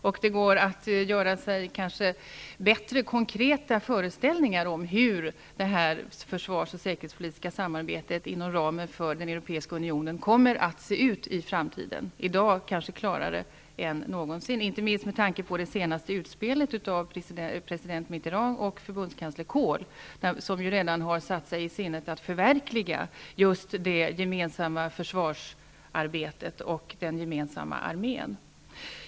Det går kanske att göra sig bättre konkreta föreställningar om hur det försvars och säkerhetspolitiska samarbetet inom ramen för den europeiska unionen kommer att se ut i framtiden, i dag klarare än någonsin, inte minst med tanke på det senaste utspelet av president Mitterrand och förbundskansler Kohl, som redan har satt sig i sinnet att förverkliga just det gemensamma försvarsarbetet och den gemensamma armén.